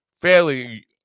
fairly